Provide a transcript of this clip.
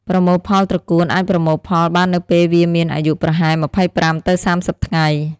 ប្រមូលផលត្រកួនអាចប្រមូលផលបាននៅពេលវាមានអាយុប្រហែល ២៥ ទៅ ៣០ ថ្ងៃ។